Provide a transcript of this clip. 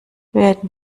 werden